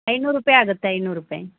ಐನೂರು ರೂಪಾಯಿ ಆಗುತ್ತೆ ಐನೂರು ರೂಪಾಯಿ